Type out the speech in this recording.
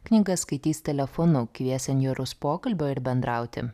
knygas skaitys telefonu kvies senjorus pokalbio ir bendrauti